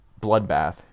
bloodbath